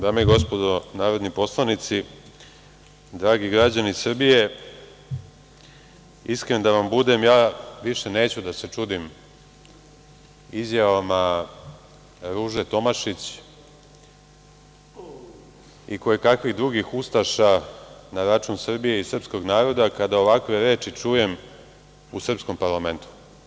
Dame i gospodo narodni poslanici, dragi građani Srbije, iskren da vam budem, ja više neću da se čudim izjavama Ruže Tomašić i kojekakvih drugih ustaša na račun Srbije i srpskog naroda kada ovakve reči čujem u srpskom parlamentu.